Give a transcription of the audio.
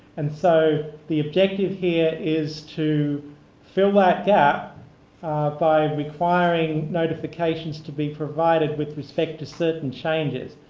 and so the objective here is to fill that gap by requiring notifications to be provided with respect to certain changes.